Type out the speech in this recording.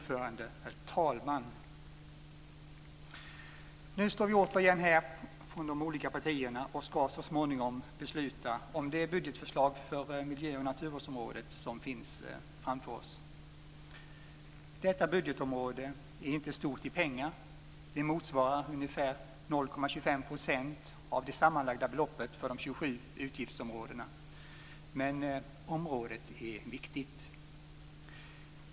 Fru talman! Nu står vi från de olika partierna återigen här och ska så småningom besluta om det budgetförslag för miljö och naturvårdsområdet som finns framför oss. Detta budgetområde är inte stort, sett i pengar. Det motsvarar ungefär 0,25 % av det sammanlagda beloppet för de 27 utgiftsområdena, men området är viktigt.